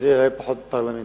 אבל זה ייראה פחות פרלמנטרי,